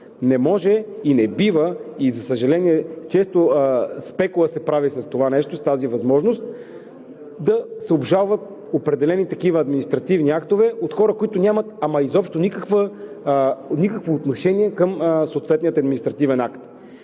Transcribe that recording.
Не може, не бива и, за съжаление, често се прави спекула с тази възможност – да се обжалват определени такива административни актове от хора, които нямат изобщо никакво отношение към съответния административен акт,